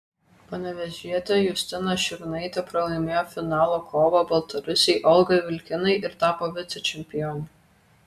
panevėžietė justina šiurnaitė pralaimėjo finalo kovą baltarusei olgai vilkinai ir tapo vicečempione